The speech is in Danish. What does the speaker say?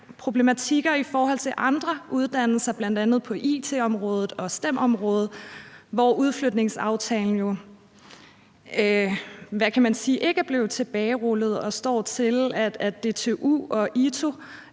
problematikker i forhold til andre uddannelser, bl.a. på it-området og STEM-området, hvor udflytningsaftalen jo ikke er blevet tilbagerullet, hvilket betyder, at DTU og ITU